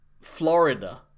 Florida